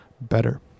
better